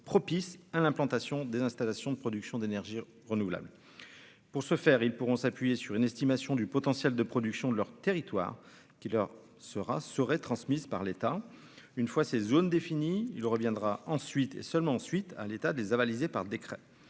propices à l'implantation des installations de production d'énergie renouvelable, pour ce faire, ils pourront s'appuyer sur une estimation du potentiel de production de leur territoire qui leur sera seraient transmises par l'État, une fois ces zones définies il reviendra ensuite et seulement ensuite à l'état des avalisée par décret